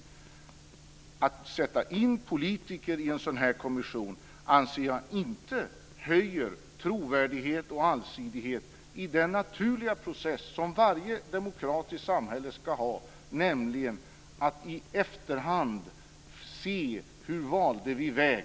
Jag anser inte att ett insättande av politiker i en sådan här kommission höjer trovärdighet och allsidighet i den naturliga process som ska finnas i varje demokratiskt samhälle, nämligen att i efterhand granska hur vi valde väg.